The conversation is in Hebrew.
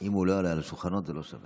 אם הוא לא עולה על השולחנות, זה לא שווה.